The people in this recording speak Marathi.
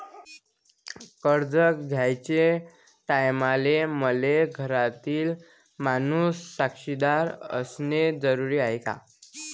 कर्ज घ्याचे टायमाले मले घरातील माणूस साक्षीदार असणे जरुरी हाय का?